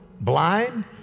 blind